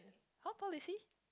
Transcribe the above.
how poor is he